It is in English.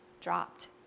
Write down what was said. dropped